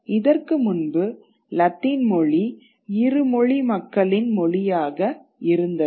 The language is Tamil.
இதற்கு முன்பு லத்தீன் மொழி இருமொழி மக்களின் மொழியாக இருந்தது